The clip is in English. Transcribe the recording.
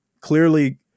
clearly